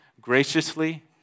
graciously